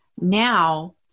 now